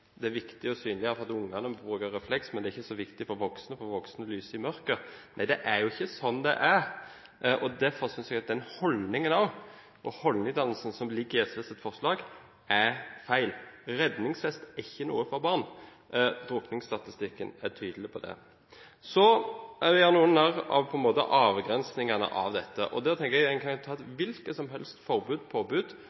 er det viktig for å være synlig at ungene bruker refleks, mens det ikke er så viktig for voksne, fordi voksne lyser i mørket. Det er jo ikke sånn det er, og derfor synes jeg at den holdningen og holdningsdannelsen som ligger i SVs forslag, er feil. Redningsvest er ikke bare noe for barn. Drukningsstatistikken er tydelig på det. Så gjør en også narr av avgrensningene av dette. Jeg tenker at en kan ta et